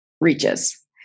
reaches